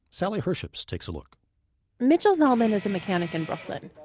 sally herships takes a look mitchel zelman is a mechanic in brooklyn.